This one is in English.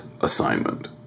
assignment